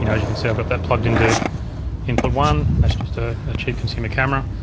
you know you can see i've got that plugged into input one that's just a cheap consumer camera.